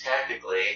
technically